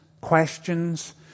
questions